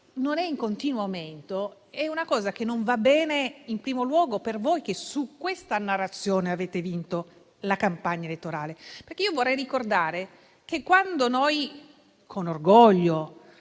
sono in continuo aumento è una cosa che non va bene, in primo luogo per voi che su questa narrazione avete vinto la campagna elettorale. Vorrei ricordare che, quando noi con orgoglio